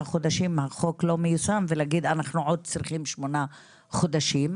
חודשים החוק לא מיושם ולהגיד שצריכים עוד שמונה חודשים,